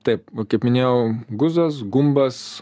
taip kaip minėjau guzas gumbas